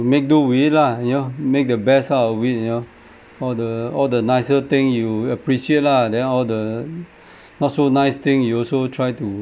make do with it lah you know make the best out of it you know all the all the nicer thing you appreciate lah then all the not so nice thing you also try to